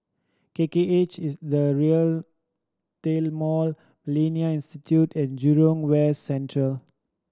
K K H is The Retail Mall Millennia Institute and Jurong West Central